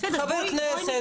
חבר כנסת,